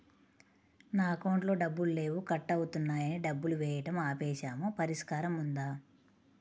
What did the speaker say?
నా అకౌంట్లో డబ్బులు లేవు కట్ అవుతున్నాయని డబ్బులు వేయటం ఆపేసాము పరిష్కారం ఉందా?